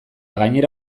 gainera